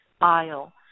aisle